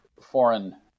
foreign